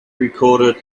recorded